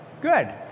Good